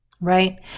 right